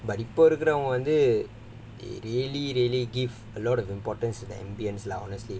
but இப்போ இருக்குறவங்க வந்து:ippo irukkuravanga vandhu really really give a lot of importance to the ambience lah honestly